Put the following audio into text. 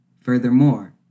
Furthermore